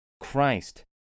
Christ